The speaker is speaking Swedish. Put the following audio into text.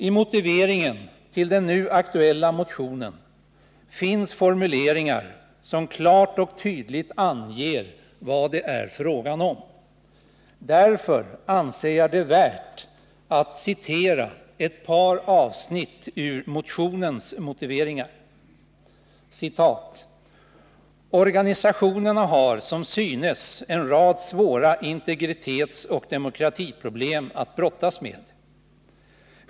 I motiveringen till den nu aktuella motionen finns formuleringar som klart och tydligt anger vad det är fråga om. Därför anser jag det värt att citera ett par avsnitt i motionens motivering: ”Organisationerna har som synes en rad svåra integritetsoch demokratiproblem att brottas med.